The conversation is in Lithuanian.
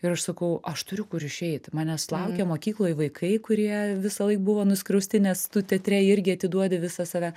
ir aš sakau aš turiu kur išeit manęs laukia mokykloj vaikai kurie visąlaik buvo nuskriausti nes tu teatre irgi atiduodi visą save